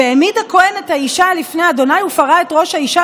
והעמיד הכהן את האשה לפני ה' ופרע את ראש האשה